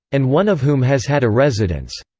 and one of whom has had a residence.